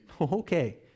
Okay